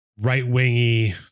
right-wingy